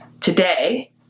Today